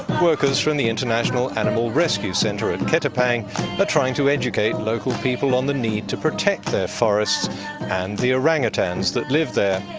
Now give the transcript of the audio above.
workers from the international animal rescue centre in ketapang are but trying to educate local people on the need to protect their forests and the orangutans that live there.